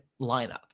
lineup